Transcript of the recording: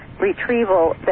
retrieval